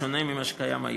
בשונה ממה שקיים היום.